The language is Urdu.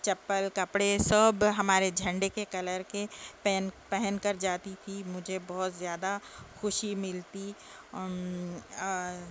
چپل کپڑے سب ہمارے جھنڈے کے کلر کے پہن پہن کر جاتی تھی مجھے بہت زیادہ خوشی ملتی